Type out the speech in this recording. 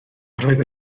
roedd